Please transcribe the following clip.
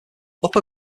upper